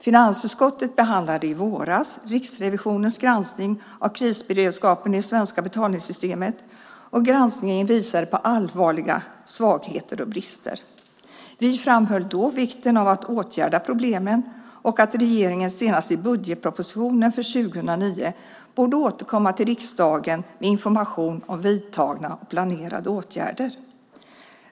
Finansutskottet behandlade i våras Riksrevisionens granskning av krisberedskapen i det svenska betalningssystemet. Granskningen visade på allvarliga svagheter och brister. Vi framhöll då vikten av att åtgärda problemen och att regeringen senast i budgetpropositionen för 2009 borde återkomma till riksdagen med information om vidtagna och planerade åtgärder.